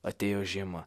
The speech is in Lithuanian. atėjo žiema